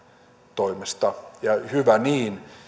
toimesta ja hyvä niin